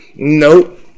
Nope